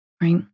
right